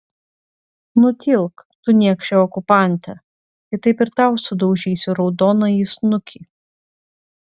nutilk tu niekše okupante kitaip ir tau sudaužysiu raudonąjį snukį